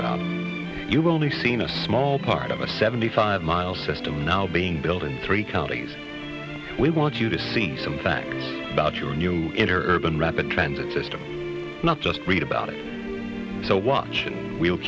about you've only seen a small part of a seventy five mile system now being built in three counties we want you to see some facts about your new in urban rapid transit system not just read about it so w